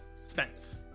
Spence